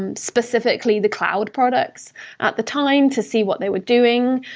um specifically, the cloud products at the time to see what they were doing,